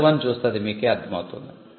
figure 1 చూస్తే అది మీకే అర్ధం అవుతుంది